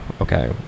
Okay